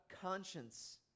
conscience